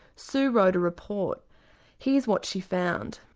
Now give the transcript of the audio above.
sue wrote a report here's what she found.